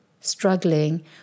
struggling